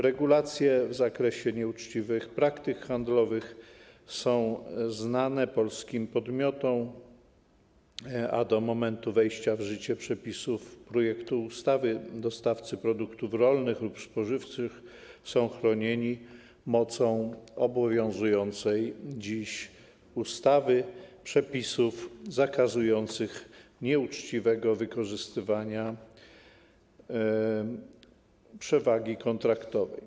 Regulacje w zakresie nieuczciwych praktyk handlowych są znane polskim podmiotom, a do momentu wejścia w życie przepisów projektu ustawy dostawcy produktów rolnych lub spożywczych są chronieni mocą obowiązującej dziś ustawy, przepisów zakazujących nieuczciwego wykorzystywania przewagi kontraktowej.